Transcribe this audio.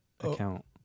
account